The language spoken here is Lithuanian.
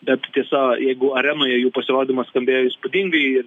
bet tiesa jeigu arenoje jų pasirodymas skambėjo įspūdingai